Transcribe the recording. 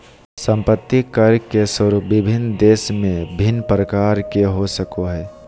संपत्ति कर के स्वरूप विभिन्न देश में भिन्न प्रकार के हो सको हइ